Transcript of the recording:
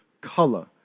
color